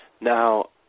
Now